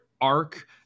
arc